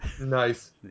Nice